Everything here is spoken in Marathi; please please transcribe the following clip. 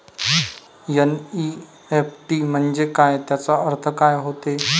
एन.ई.एफ.टी म्हंजे काय, त्याचा अर्थ काय होते?